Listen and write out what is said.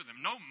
no